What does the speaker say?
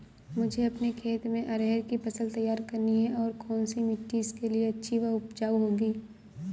मुझे अपने खेत में अरहर की फसल तैयार करनी है और कौन सी मिट्टी इसके लिए अच्छी व उपजाऊ होगी?